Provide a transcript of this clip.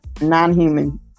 non-human